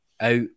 Out